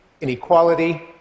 inequality